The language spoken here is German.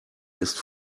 ist